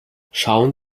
schauen